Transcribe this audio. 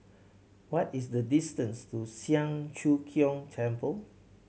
what is the distance to Siang Cho Keong Temple